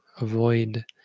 avoid